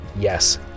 yes